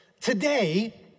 Today